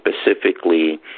specifically